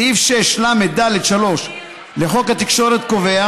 סעיף 6לד3 לחוק התקשורת קובע